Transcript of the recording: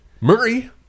Murray